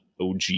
OG